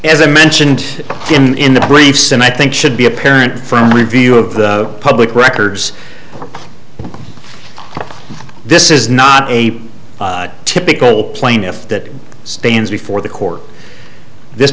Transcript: as i mentioned in the briefs and i think should be apparent from the review of the public records this is not a typical plaintiff that stands before the court this